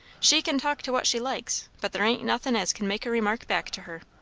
she can talk to what she likes but there ain't nothin' as can make a remark back to her.